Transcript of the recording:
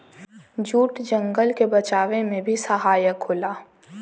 jute जंगल के बचावे में भी सहायक होला